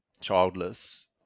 childless